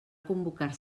convocar